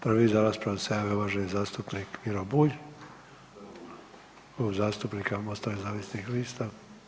Prvi za raspravu se javio uvaženi zastupnik Miro Bulj, Klub zastupnika MOST-a nezavisnih lista.